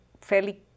fairly